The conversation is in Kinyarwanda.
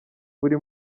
buri